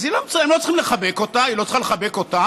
אז הם לא צריכים לחבק אותה והיא לא צריכה לחבק אותם,